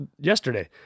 yesterday